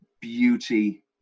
beauty